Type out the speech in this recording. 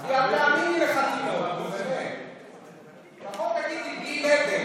כשהייתי בת 12. לפחות תגידי "בלי נדר".